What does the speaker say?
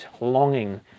longing